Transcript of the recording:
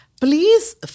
Please